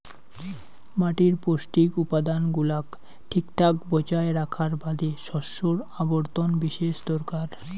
মাটির পৌষ্টিক উপাদান গুলাক ঠিকঠাক বজায় রাখার বাদে শস্যর আবর্তন বিশেষ দরকার